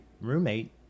roommate